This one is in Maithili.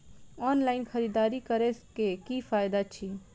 ऑनलाइन खरीददारी करै केँ की फायदा छै?